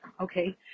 okay